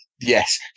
Yes